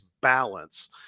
balance